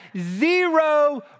zero